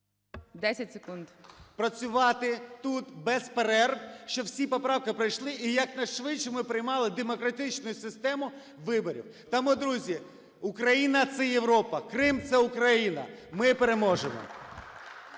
Г.В. …працювати тут без перерв, щоб усі поправки пройшли, і якнайшвидше ми приймали демократичну систему виборів. Тому, друзі, Україна – це Європа, Крим – це Україна. Ми переможемо!